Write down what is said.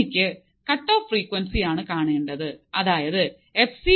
എനിക്ക് cut off frequency ആണ് കാണേണ്ടത് അതായതു എഫ് സി